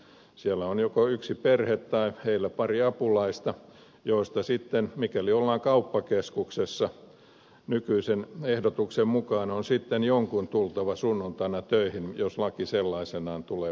siellä on joko yksi perhe tai heillä pari apulaista joista sitten mikäli ollaan kauppakeskuksessa nykyisen ehdotuksen mukaan on jonkun tultava sunnuntaina töihin jos laki sellaisenaan tulee voimaan